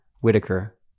whitaker